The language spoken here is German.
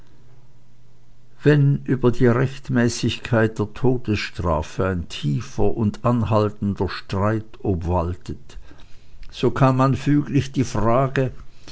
wenn über die rechtmäßigkeit der todesstrafe ein tiefer und anhaltender streit obwaltet so kann man füglich die frage